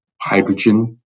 hydrogen